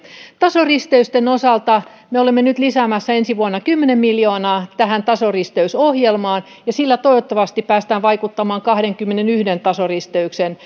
tasoristeysten osalta me olemme lisäämässä nyt ensi vuonna kymmenen miljoonaa tasoristeysohjelmaan ja sillä toivottavasti päästään vaikuttamaan kahteenkymmeneenyhteen tasoristeykseen